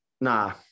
nah